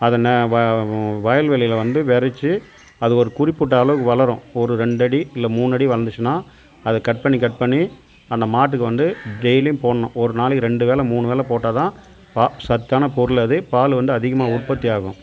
அதை ந வ வயல்வெளியில் வந்து வெறச்சி அது ஒரு குறிப்பிட்ட அளவு வளரும் ஒரு ரெண்டு அடி இல்லை மூணுஅடி வளர்ந்துச்சுனா அத கட் பண்ணி கட் பண்ணி அந்த மாட்டுக்கு வந்து டெய்லியும் போடணும் ஒரு நாளைக்கு ரெண்டு வேலை மூணு வேலை போட்டாதான் வா சத்தான பொருள் அது பால் வந்து அதிகமாக உற்பத்தி ஆகும்